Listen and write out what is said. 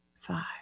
five